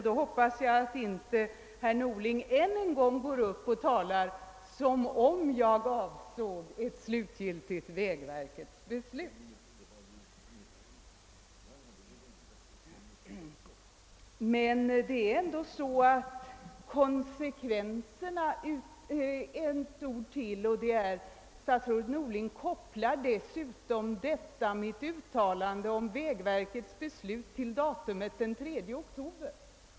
Då hoppas jag att herr Norling inte än en gång talar som om jag avsåg ett slutgiltigt beslut av vägverket. Statsrådet Norling kopplar dessutom detta mitt uttalande om vägverkets beslut till den 3 oktober.